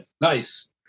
Nice